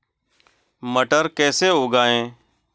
मटर कैसे उगाएं?